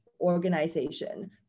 organization